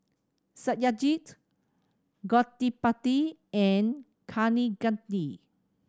Satyajit Gottipati and Kaneganti